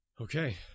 Okay